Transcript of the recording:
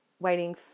Waiting